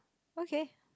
okay